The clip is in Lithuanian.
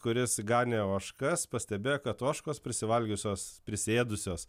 kurias ganė ožkas pastebėjo kad ožkos prisivalgiusios prisėdusios